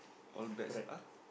all bets ah